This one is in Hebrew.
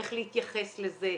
איך להתייחס לזה,